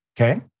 okay